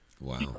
Wow